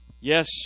Yes